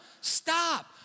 stop